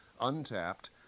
untapped